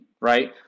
right